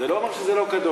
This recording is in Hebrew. זה לא אומר שזה לא קדוש.